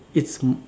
it's